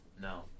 No